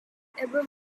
above